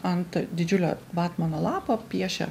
ant didžiulio vatmano lapo piešia